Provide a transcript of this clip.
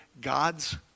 God's